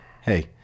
hey